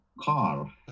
car